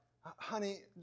honey